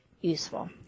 useful